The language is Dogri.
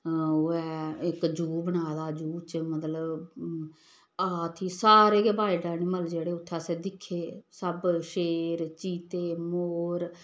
ओह् ऐ इक जू बनाए दा जू च मतलब हाथी ही सारे गै वाइल्ड एनीमल जेह्ड़े उत्थें असें दिक्खे सब शेर चीते मोर